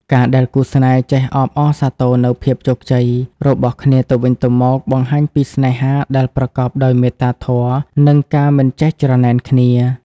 ការដែលគូស្នេហ៍ចេះ "អបអរសាទរនូវភាពជោគជ័យ" របស់គ្នាទៅវិញទៅមក បង្ហាញពីស្នេហាដែលប្រកបដោយមេត្តាធម៌ និងការមិនចេះច្រណែនគ្នា។